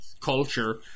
culture